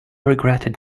regretted